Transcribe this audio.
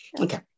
okay